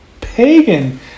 pagan